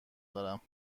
دارم